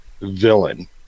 villain